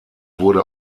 wurde